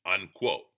unquote